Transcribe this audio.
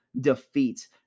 defeats